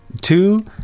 two